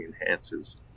enhances